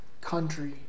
country